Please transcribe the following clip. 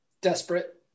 desperate